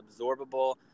absorbable